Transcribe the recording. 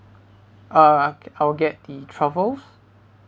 uh I'll get the truffles